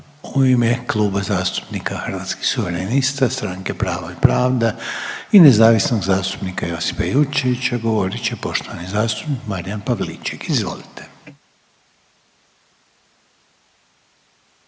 U ime Kluba zastupnika Hrvatskih suverenista, stranke Pravo i pravda i nezavisnog zastupnika Josipa Jurčevića govorit će poštovani zastupnik Josip Jurčević. Izvolite.